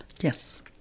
Yes